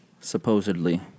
supposedly